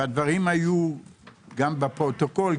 והדברים היו גם בפרוטוקול,